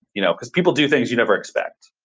you know because people do things you never expect.